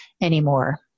anymore